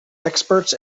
experts